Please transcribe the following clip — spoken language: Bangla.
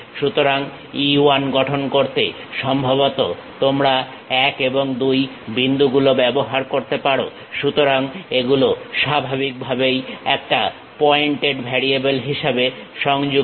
সুতরাং E 1 গঠন করতে সম্ভবত তোমরা 1 এবং 2 বিন্দুগুলো ব্যবহার করতে পারো সুতরাং এগুলো স্বাভাবিকভাবেই একটা পয়েন্টেড ভ্যারিয়েবেল হিসাবে সংযুক্ত